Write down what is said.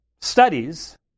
studies